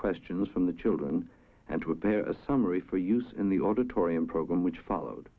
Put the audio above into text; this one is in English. questions from the children and to a summary for use in the auditorium program which followed